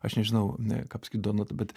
aš nežinau n ką paskys donata bet